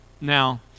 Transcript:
Now